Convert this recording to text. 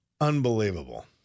Unbelievable